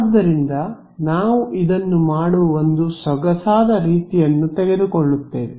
ಆದ್ದರಿಂದ ನಾವು ಇದನ್ನು ಮಾಡುವ ಒಂದು ಸೊಗಸಾದ ರೀತಿಯನ್ನು ತೆಗೆದುಕೊಳ್ಳುತ್ತೇವೆ